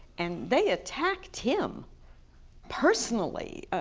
and they attacked him personally.